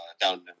down